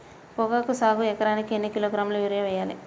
పొగాకు సాగుకు ఎకరానికి ఎన్ని కిలోగ్రాముల యూరియా వేయాలి?